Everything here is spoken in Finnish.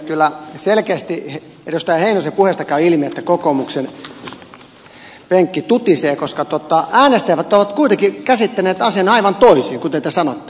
kyllä selkeästi edustaja heinosen puheesta käy ilmi että kokoomuksen penkki tutisee koska äänestäjät ovat kuitenkin käsittäneet asian aivan toisin kuin te sanotte